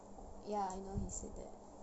ya I know he said that